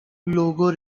logo